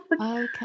Okay